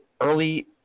early